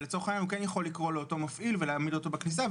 אבל לצורך העניין הוא כן יכול לקרוא לאותו מפעיל ולהעמיד אותו בכניסה.